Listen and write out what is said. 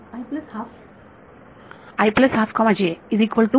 विद्यार्थी i plus half is equal to